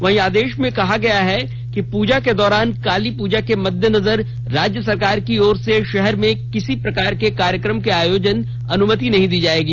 वहीं आदेश में कहा गया है कि पूजा के दौरान काली पूजा के मद्देनजर राज्य सरकार की ओर से शहर में किसी प्रकार के कार्यक्रम के आयोजन अनुमति नहीं दी गई है